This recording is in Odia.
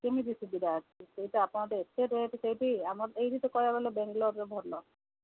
କେମିତି ସୁବିଧା ଅଛି ସେଇଟା ଆପଣ ତ ଏତେ ରେଟ୍ ସେଇଠି ବିି ଆମର ଏଇଠ ତ କହିବାକୁ ଗଲେ ବେଙ୍ଗଲୋର୍ରେ ଭଲ